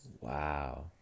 Wow